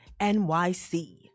NYC